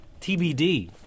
TBD